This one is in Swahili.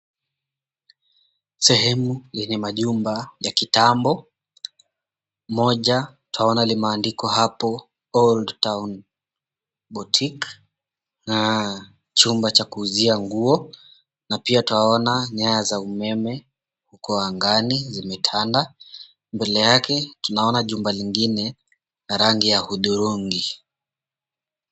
Sehemu yenye majumba ya kitambo. Moja twaona limeandikwa hapo, Old Town Boutique, na chumba cha kuuzia nguo. Na pia twaona nyaya za umeme huko angani zimetanda. Mbele yake tunaona jumba lingine la rangi ya hudhurungi.